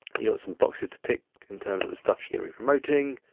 you know some boxes to tick, in terms of the stuff you're gonna be promoting.